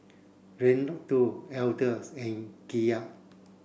Reynaldo Elder and Kiya